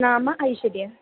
नाम ऐश्वर्या